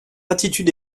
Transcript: attitude